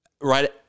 right